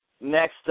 next